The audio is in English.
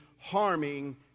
harming